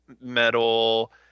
metal